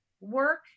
work